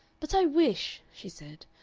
but i wish, she said,